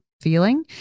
feeling